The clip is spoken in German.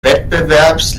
wettbewerbs